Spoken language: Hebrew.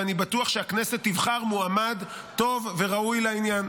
ואני בטוח שהכנסת תבחר מועמד טוב וראוי לעניין.